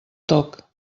toc